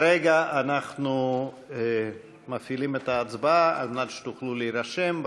כרגע אנחנו מפעילים את ההצבעה על מנת שתוכלו להירשם.